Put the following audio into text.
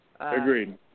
Agreed